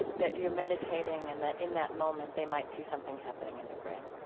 that you're meditating and that in that moment they might see something happening in your brain.